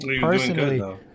personally